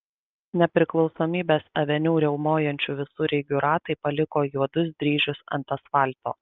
nepriklausomybės aveniu riaumojančių visureigių ratai paliko juodus dryžius ant asfalto